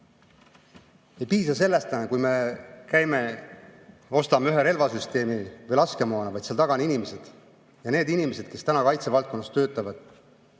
Ei piisa sellest, kui me käime ja ostame ühe relvasüsteemi või laskemoona, vaid seal taga on inimesed. Ja need inimesed, kes täna kaitsevaldkonnas töötavad,